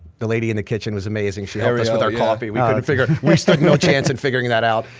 the lady in the kitchen was amazing, she helped us with our coffee we couldn't figure. we stood no chance in figuring that out.